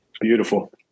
Beautiful